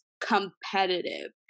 competitive